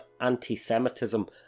antisemitism